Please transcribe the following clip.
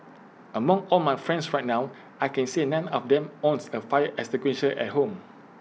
among all my friends right now I can say none of them owns A fire extinguisher at home